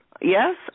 Yes